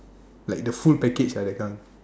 like the full package ah that kind